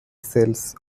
cells